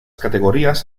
categorías